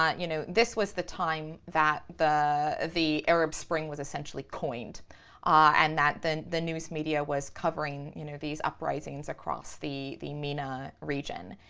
um you know, this was the time that the the arab spring was essentially coined and that the the news media was covering you know these uprisings across the the amina region.